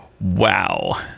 Wow